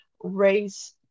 race